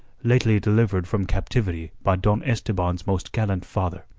lately delivered from captivity by don esteban's most gallant father.